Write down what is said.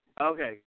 Okay